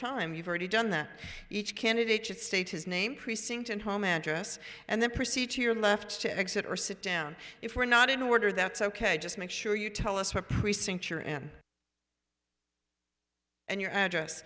time you've already done that each candidate should state his name precinct and home address and then proceed to your left to exit or sit down if we're not in order that's ok just make sure you tell us what precinct you're at and your address